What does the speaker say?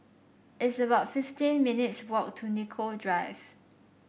it's about fifteen minutes' walk to Nicoll Drive